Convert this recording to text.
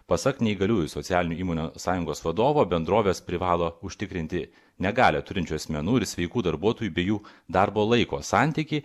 pasak neįgaliųjų socialinių įmonių sąjungos vadovo bendrovės privalo užtikrinti negalią turinčių asmenų ir sveikų darbuotojų bei jų darbo laiko santykį